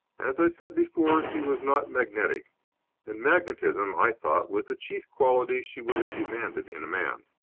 as i said before, he was not magnetic and magnetism, i thought, was the chief quality she would have demanded in a man.